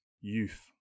youth